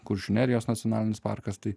kuršių nerijos nacionalinis parkas tai